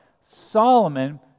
Solomon